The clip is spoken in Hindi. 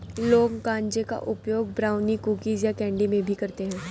लोग गांजे का उपयोग ब्राउनी, कुकीज़ या कैंडी में भी करते है